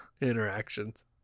Interactions